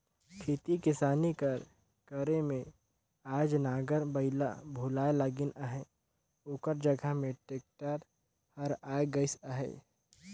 खेती किसानी कर करे में आएज नांगर बइला भुलाए लगिन अहें ओकर जगहा में टेक्टर हर आए गइस अहे